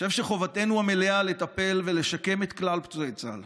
אני חושב שחובתנו המלאה לטפל ולשקם את כלל פצועי צה"ל